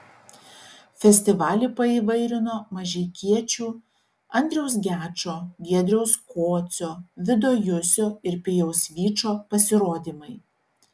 festivalį paįvairino mažeikiečių andriaus gečo giedriaus kocio vido jusio ir pijaus vyčo pasirodymai